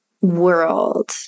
world